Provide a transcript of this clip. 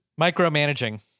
Micromanaging